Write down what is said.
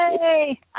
Yay